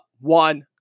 one